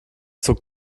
zog